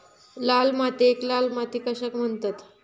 लाल मातीयेक लाल माती कशाक म्हणतत?